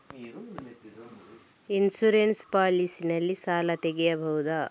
Insurance policy ನಲ್ಲಿ ಸಾಲ ತೆಗೆಯಬಹುದ?